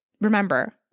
Remember